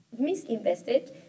misinvested